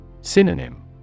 Synonym